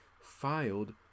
filed